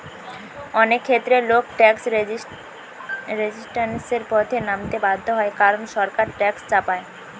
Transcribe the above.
অনেক ক্ষেত্রে লোক ট্যাক্স রেজিস্ট্যান্সের পথে নামতে বাধ্য হয় কারণ সরকার ট্যাক্স চাপায়